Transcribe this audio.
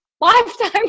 lifetime